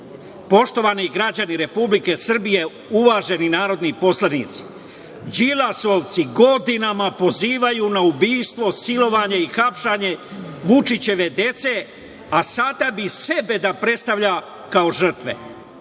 lopove. Poštovani građani Republike Srbije, uvaženi narodni poslanici, Đilasovci godinama pozivaju na ubistvo, silovanje i hapšenje Vučićeve dece, a sada bi sebe da predstavlja kao žrtve.